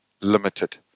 limited